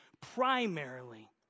primarily